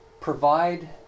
provide